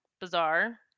bizarre